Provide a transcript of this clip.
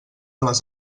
les